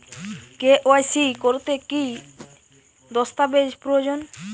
KYC করতে কি দস্তাবেজ প্রয়োজন?